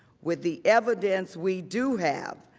with the evidence we do have,